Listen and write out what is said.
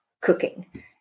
cooking